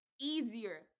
easier